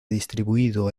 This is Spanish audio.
distribuido